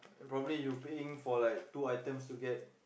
probably you paying for like two items you get